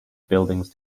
buildings